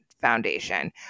Foundation